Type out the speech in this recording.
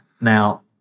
Now